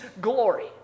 glory